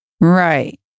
right